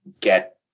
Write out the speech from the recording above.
get